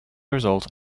result